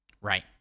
right